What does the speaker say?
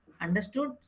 Understood